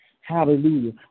Hallelujah